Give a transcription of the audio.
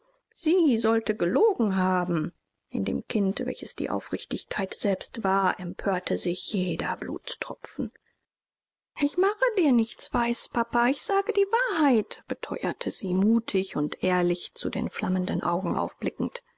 sie sollte gelogen haben in dem kind welches die aufrichtigkeit selbst war empörte sich jeder blutstropfen ich mache dir nichts weis papa ich sage die wahrheit beteuerte sie mutig und ehrlich zu den flammenden augen aufblickend